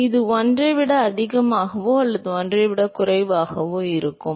இது 1 ஐ விட அதிகமாகவோ அல்லது 1 ஐ விட குறைவாகவோ இருக்குமா